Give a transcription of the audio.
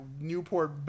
Newport